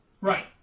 Right